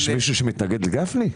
יש מישהו שמתנגד לגפני?